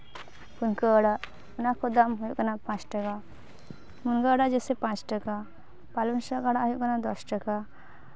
ᱯᱩᱞᱠᱟᱹ ᱟᱲᱟᱜ ᱚᱱᱟ ᱠᱚ ᱫᱟᱢ ᱦᱩᱭᱩᱜ ᱠᱟᱱᱟ ᱯᱟᱸᱪ ᱴᱟᱠᱟ ᱢᱩᱱᱜᱟᱹ ᱟᱲᱟᱜ ᱡᱮᱭᱥᱮ ᱯᱟᱸᱪ ᱴᱟᱠᱟ ᱯᱟᱞᱚᱝ ᱥᱟᱠ ᱟᱲᱟᱜ ᱦᱩᱭᱩᱜ ᱠᱟᱱᱟ ᱫᱚᱥ ᱴᱟᱠᱟ